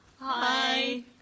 hi